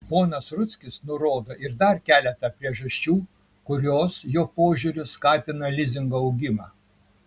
ponas rudzkis nurodo ir dar keletą priežasčių kurios jo požiūriu skatina lizingo augimą